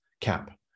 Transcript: cap